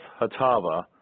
hatava